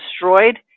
destroyed